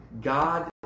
God